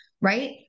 right